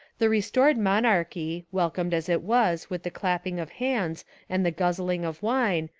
the restored monarchy, welcomed as it was with the clap ping of hands and the guzzling of wine,